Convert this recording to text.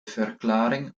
verklaring